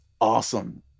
Awesome